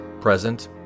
present